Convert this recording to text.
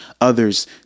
others